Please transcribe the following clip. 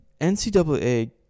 NCAA